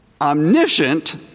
omniscient